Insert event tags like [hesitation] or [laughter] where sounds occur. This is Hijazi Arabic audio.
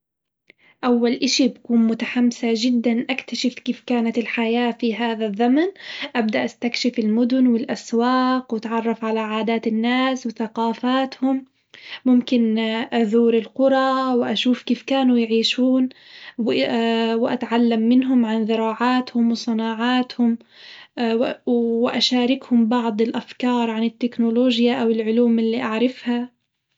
أول إشي بكون متحمسة جدًا أكتشف كيف كانت الحياة في هذا الزمن، أبدأ أستكشف المدن والأسواق وأتعرف على عادات الناس وثقافاتهم، ممكن [hesitation] أزور القرى وأشوف كيف كانوا يعيشون و [hesitation] وأتعلم منهم عن زراعاتهم وصناعاتهم وأ- وأشاركهم بعض الأفكارعن التكنولوجيا أو العلوم اللي أعرفها.